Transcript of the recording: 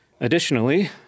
Additionally